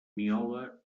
miola